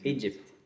Egypt